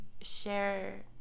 share